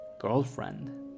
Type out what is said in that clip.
girlfriend